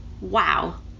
Wow